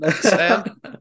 Sam